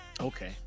okay